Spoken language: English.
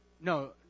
no